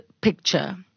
picture